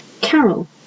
Carol